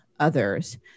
others